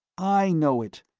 i know it.